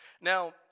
Now